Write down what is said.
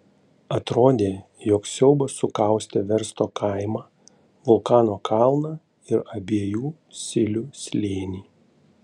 atrodė jog siaubas sukaustė versto kaimą vulkano kalną ir abiejų silių slėnį